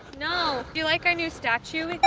no. do you like our new statue we got?